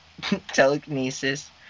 telekinesis